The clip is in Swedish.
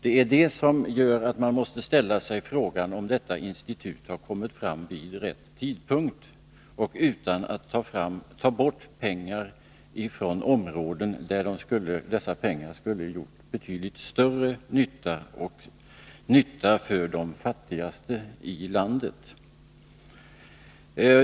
Det är det som gör att man måste ställa sig frågan om detta institut har kommit fram vid rätt tidpunkt och utan att ta bort pengar från områden, där dessa skulle ha gjort betydligt större nytta för de fattigaste i landet.